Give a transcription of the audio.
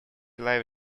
live